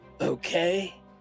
okay